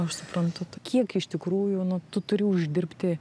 aš suprantu t kiek iš tikrųjų nu tu turi uždirbti